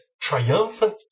triumphant